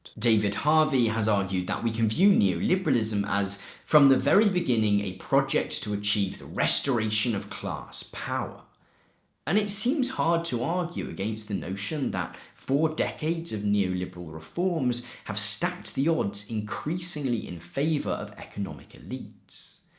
david harvey has argued that we can view neoliberalism as from the very beginning a project to achieve the restoration of class power and it seems hard to argue against the notion that four decades of neoliberal reforms have stacked the odds increasingly in favor of economic elites.